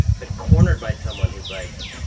but cornered by someone who's like,